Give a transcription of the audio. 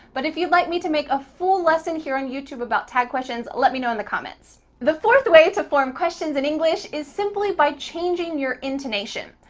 but if you'd like me to make a full lesson here on youtube about tag questions, let me know in the comments. the fourth way to form questions in english, is simply by changing your intonation.